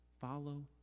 Follow